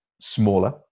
smaller